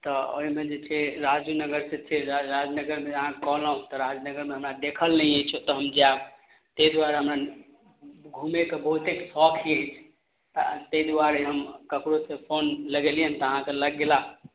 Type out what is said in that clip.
तऽ ओहिमे जे छै राजनगरसँ छै राजनगरमे अहाँ कहलहुँ तऽ राजनगरमे हमरा देखल नहि अछि ओतऽ हम जायब तै दुआरे हमरा घुमयके बहुतेक शौक अछि तैं दुआरे हम ककरोसँ फोन लगेलियनि तऽ अहाँके लागि गेल